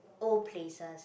old places